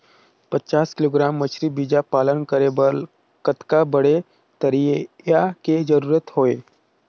पचास किलोग्राम मछरी बीजा पालन करे बर कतका बड़े तरिया के जरूरत हवय?